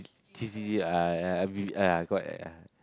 cheesy uh uh correct ah